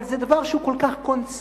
אבל זה דבר שהוא כל כך קונסנזוס,